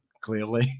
clearly